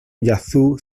yazoo